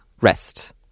rest